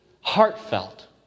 heartfelt